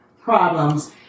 problems